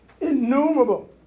Innumerable